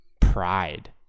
pride